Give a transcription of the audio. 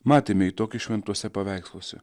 matėme jį tokį šventuose paveiksluose